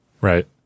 right